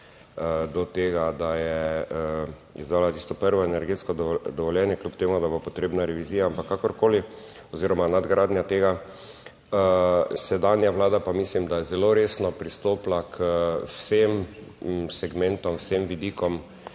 do tega, da je izdala tisto prvo energetsko dovoljenje, kljub temu, da bo potrebna revizija, ampak kakorkoli, oziroma nadgradnja tega, sedanja vlada pa mislim, da je zelo resno pristopila k vsem segmentom, vsem vidikom